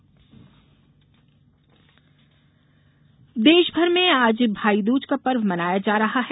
माईदूज देशभर में आज भाई दूज का पर्व मनाया जा रहा है